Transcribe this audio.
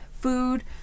food